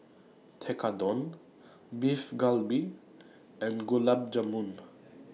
Tekkadon Beef Galbi and Gulab Jamun